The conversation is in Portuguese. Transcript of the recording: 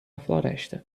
floresta